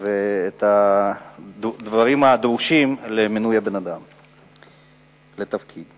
ואת הדברים הדרושים למינוי האדם לתפקיד.